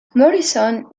morrison